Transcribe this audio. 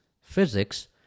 physics